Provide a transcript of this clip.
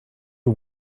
you